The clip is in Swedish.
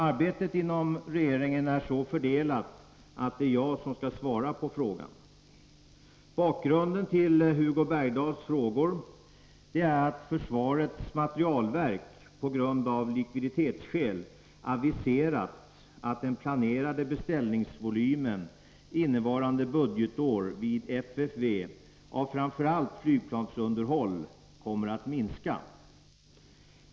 Arbetet inom regeringen är så fördelat att det är jag som skall svara på frågan. Bakgrunden till Hugo Bergdahls frågor är att försvarets materielverk av likviditetsskäl aviserat att den planerade beställningsvolymen innevarande budgetår vid FFV av framför allt flygplansunderhåll kommer att minska.